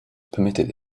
permitted